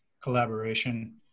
collaboration